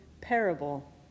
parable